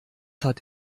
hat